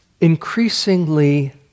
increasingly